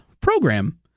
program